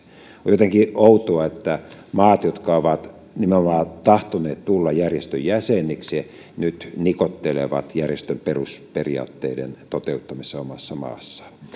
on jotenkin outoa että maat jotka ovat nimenomaan tahtoneet tulla järjestön jäseniksi nyt nikottelevat järjestön perusperiaatteiden toteuttamisessa omassa maassaan